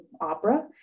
Opera